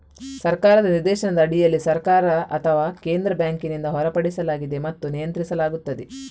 ಸರ್ಕಾರದ ನಿರ್ದೇಶನದ ಅಡಿಯಲ್ಲಿ ಸರ್ಕಾರ ಅಥವಾ ಕೇಂದ್ರ ಬ್ಯಾಂಕಿನಿಂದ ಹೊರಡಿಸಲಾಗಿದೆ ಮತ್ತು ನಿಯಂತ್ರಿಸಲಾಗುತ್ತದೆ